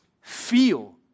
feel